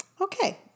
Okay